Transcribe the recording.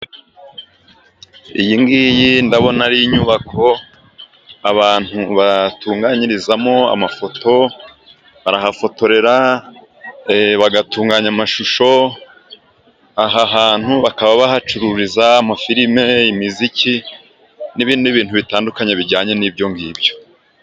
Iyi ngiyi ndabona ari inyubako abantu batunganyirizamo amafoto ,barahafotorera ,bagatunganya amashusho, aha hantu bakaba bahacururiza amafilime, imiziki n'ibindi bintu bitandukanye bijyanye n'ibyo ngibyo.